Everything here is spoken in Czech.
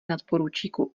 nadporučíku